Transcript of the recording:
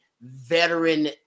veteran